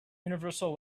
universal